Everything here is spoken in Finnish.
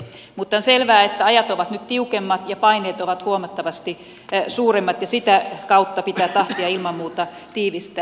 mutta on selvää että ajat ovat nyt tiukemmat ja paineet huomattavasti suuremmat ja sitä kautta pitää tahtia ilman muuta tiivistää